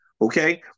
Okay